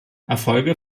erfolge